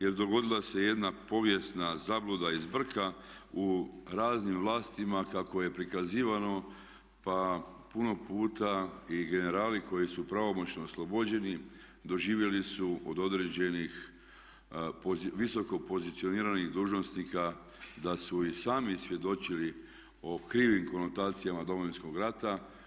Jer dogodila se jedna povijesna zabluda i zbrka u raznim vlastima kako je prikazivano, pa puno puta i generali koji su pravomoćno oslobođeni doživjeli su od određenih visoko pozicioniranih dužnosnika da su i sami svjedočili o krivim konotacijama Domovinskog rata.